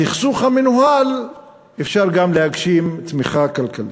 בסכסוך המנוהל אפשר גם להגשים צמיחה כלכלית,